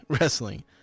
wrestling